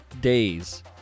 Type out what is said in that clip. days